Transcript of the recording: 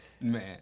Man